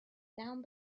down